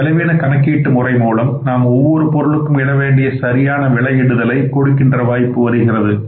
இந்த செலவின கணக்கீட்டு முறை மூலம் நாம் ஒவ்வொரு பொருளுக்கு இட வேண்டிய சரியான விடுயிடுதலை கொடுக்கின்ற வாய்ப்பு வருகின்றது